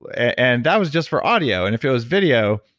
and that was just for audio. and if it was video,